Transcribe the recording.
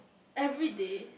everyday